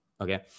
Okay